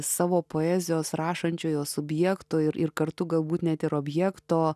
savo poezijos rašančiojo subjekto ir ir kartu galbūt net objekto